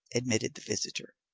admitted the visitor.